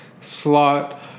slot